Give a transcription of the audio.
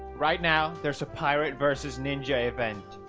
right now, there's a pirate versus ninja event.